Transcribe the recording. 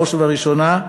בראש ובראשונה,